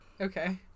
Okay